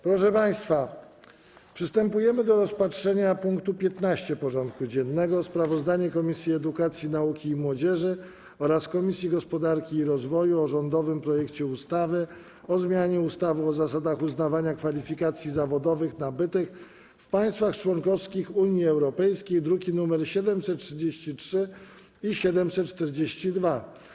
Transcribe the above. Przystępujemy do rozpatrzenia punktu 15. porządku dziennego: Sprawozdanie Komisji Edukacji, Nauki i Młodzieży oraz Komisji Gospodarki i Rozwoju o rządowym projekcie ustawy o zmianie ustawy o zasadach uznawania kwalifikacji zawodowych nabytych w państwach członkowskich Unii Europejskiej (druki nr 733 i 742)